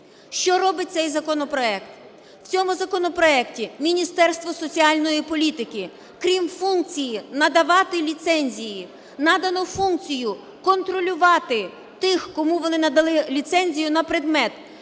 Що робить цей законопроект? В цьому законопроекті Міністерство соціальної політики, крім функції надавати ліцензії, надану функцію контролювати тих, кому вони надали ліцензію на предмет,